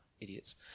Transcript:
idiots